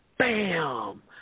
Bam